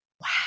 Wow